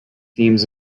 themes